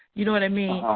you know what i mean?